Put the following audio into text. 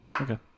Okay